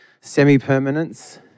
semi-permanence